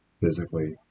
physically